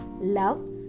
love